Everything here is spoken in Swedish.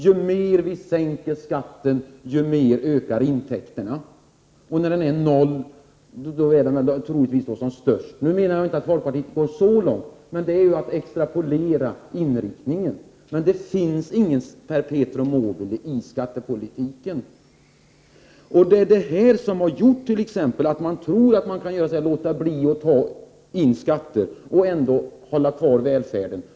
Ju mer vi sänker skatten, desto mer ökar intäkterna. När skatten är noll är intäkterna troligtvis som störst. Nu menar jag inte att folkpartiet går så långt, men det är att extrapolera inriktningen. Det finns inget perpetuum mobile i skattepolitiken. Men det är tron på ett sådant som har gjort att man menar att man kan låta bli att ta in skatter och ändå hålla kvar välfärden.